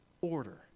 order